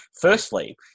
Firstly